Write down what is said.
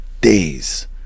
days